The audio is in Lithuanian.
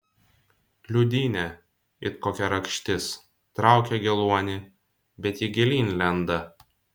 liūdynė it kokia rakštis trauki geluonį bet ji gilyn lenda